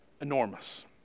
enormous